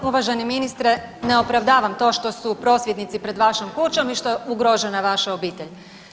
Uvaženi ministre, ne opravdavam to što su prosvjednici pred vašom kućom i što je ugrožena vaša obitelj.